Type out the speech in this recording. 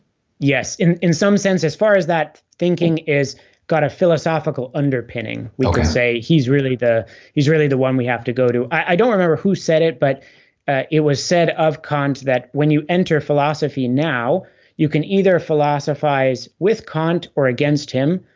yes in in some sense as far as that thinking has got a philosophical underpinning, we could say he's really, he's really the one we have to go to. i don't remember who said it but it was said of kant that when you enter philosophy now you can either philosophize with kant or against him,